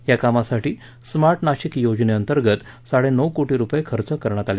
या कामासाठी स्मार्ट नाशिक योजनेअंतर्गत साडेनऊ कोटी रुपये खर्च करण्यात आले